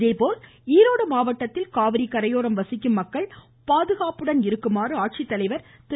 இதேபோல் ஈரோடு மாவட்டத்தில் காவிரி கரையோரம் வசிக்கும் மக்கள் பாதுகாப்புடன் இருக்குமாறு ஆட்சித்தலைவர் திரு